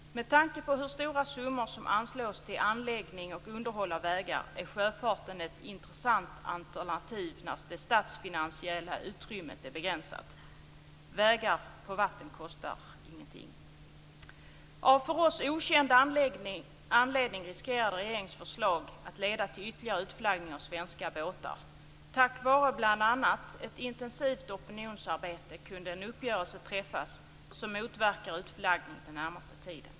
Med tanke på hur stora summor som anslås till anläggning och underhåll av vägar är sjöfarten ett intressant alternativ när det statsfinansiella utrymmet är begränsat. Vägar på vatten kostar ingenting. Av för oss okänd anledning riskerade regeringens förslag att leda till ytterligare utflaggning av svenska båtar. Tack vare bl.a. ett intensivt opinionsarbete kunde en uppgörelse träffas som motverkar utflaggning den närmaste tiden.